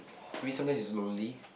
maybe sometimes is lonely